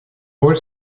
роль